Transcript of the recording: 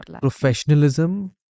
professionalism